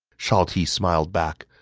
shao ti smiled back.